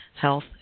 Health